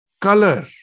color